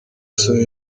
soni